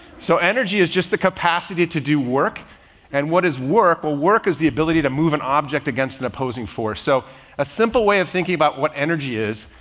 so energy is just the capacity to do work and what is work or work as the ability to move an object against an opposing force. so a simple way of thinking about what energy is.